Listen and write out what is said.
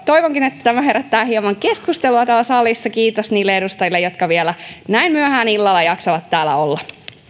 toivonkin että tämä herättää hieman keskustelua täällä salissa kiitos niille edustajille jotka vielä näin myöhään illalla jaksavat täällä olla